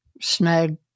snag